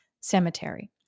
cemetery